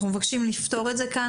אנחנו מבקשים לפתור את זה כאן,